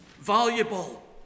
valuable